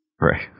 Right